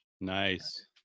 Nice